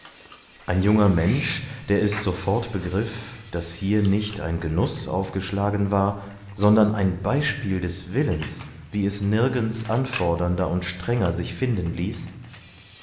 ein junger mensch der es sofort begriff daß hier nicht ein genuß aufgeschlagen war sondern ein beispiel des willens wie es nirgends anfordernder und strenger sich finden ließ